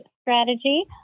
strategy